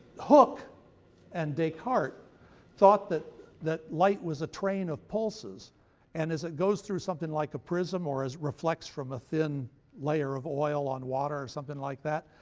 hooke and descartes thought that that light was a train of pulses and as it goes through something like a prism, or as it reflects from a thin layer of oil on water or something like that,